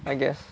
I guess